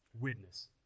witness